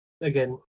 again